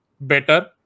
better